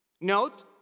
Note